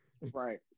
right